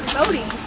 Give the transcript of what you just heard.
voting